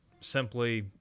simply